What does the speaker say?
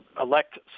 elect